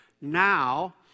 now